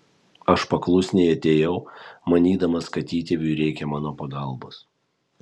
aš paklusniai atėjau manydamas kad įtėviui reikia mano pagalbos